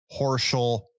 Horschel